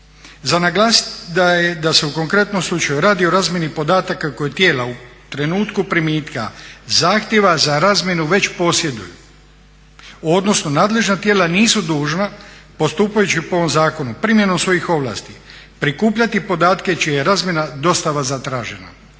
Za naglasiti je da se u konkretnom slučaju radi o razmjeni podataka koja tijela u trenutku primitka zahtjeva za razmjenu već posjeduju odnosno nadležna tijela nisu dužna postupajući po ovom zakonu primjenom svojih ovlasti prikupljati podatke čija je razmjena dostava zatražena.